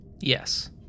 Yes